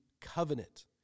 covenant